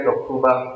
October